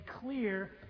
clear